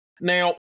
Now